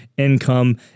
income